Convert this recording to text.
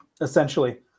essentially